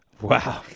Wow